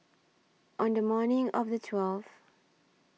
on The morning of The twelfth